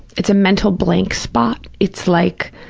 it's a mental blank spot. it's like